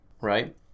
right